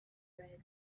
red